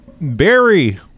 Barry